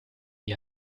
die